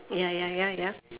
ya ya ya ya